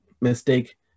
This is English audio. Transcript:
mistake